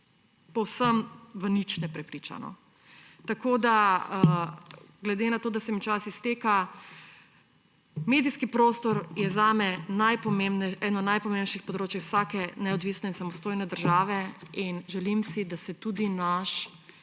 povsem o ničemer ne prepriča. Glede na to, da se mi čas izteka. Medijski prostor je zame eno najpomembnejših področij vsake neodvisne in samostojne države in želim si, da se tudi naš